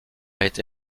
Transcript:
été